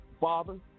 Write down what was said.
Father